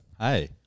Hi